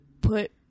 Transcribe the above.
put